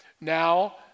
Now